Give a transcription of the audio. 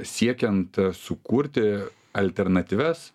siekiant sukurti alternatyvias